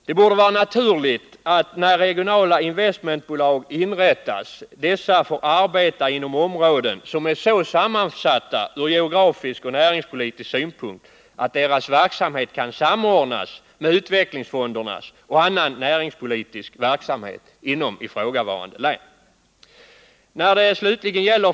Det borde vara naturligt att när regionala investmentbolag inrättas dessa får arbeta inom områden som från geografisk och näringspolitisk synpunkt är så sammansatta att deras verksamhet kan samordnas med utvecklingsfondens och annan näringspolitisk verksamhet inom ifrågavarande län.